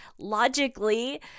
logically